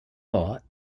thought